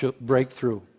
breakthrough